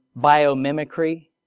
biomimicry